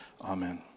Amen